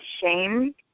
shame